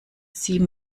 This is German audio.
sie